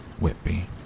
Whitby